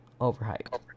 overhyped